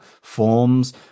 forms